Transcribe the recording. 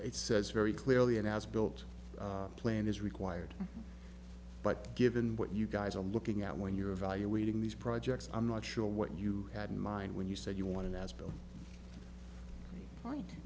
it says very clearly and has built a plan is required but given what you guys are looking at when you're evaluating these projects i'm not sure what you had in mind when you said you want to as bill